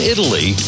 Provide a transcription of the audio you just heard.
Italy